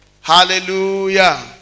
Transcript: Hallelujah